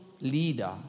leader